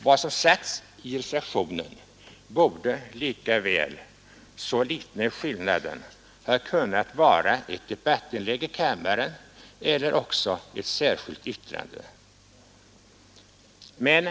Vad som sagts i reservationen borde likaväl ha kunnat vara ett debattinlägg i kammaren eller ett särskilt yttrande. Så liten är skillnaden.